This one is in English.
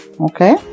Okay